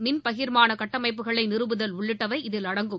மின் பகிர்மாள கட்டமைப்புகளை நிறுவுதல் உள்ளிட்டவை இதில் அடங்கும்